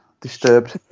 Disturbed